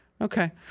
Okay